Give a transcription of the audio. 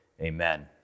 Amen